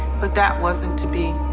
but that wasn't to be.